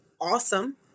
awesome